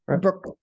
Brooke